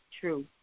true